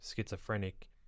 schizophrenic